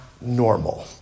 Normal